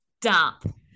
dump